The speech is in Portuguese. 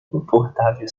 confortável